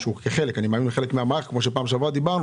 בפעם הקודמת דיברנו